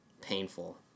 painful